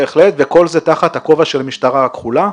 בהחלט, וכל זה תחת הכובע של המשטרה הכחולה.